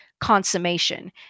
consummation